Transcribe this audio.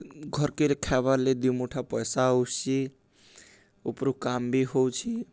ଘର୍କେ ଖାଏବାର୍ଲାଗି ଦୁଇ ମୁଠା ପଏସା ଆସୁଛେ ଉପ୍ରୁ କମ୍ ବି ହଉଛେ